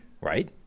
Right